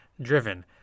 driven